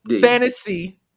Fantasy